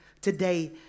today